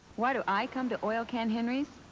why do i come to oil can henry's?